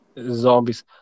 Zombies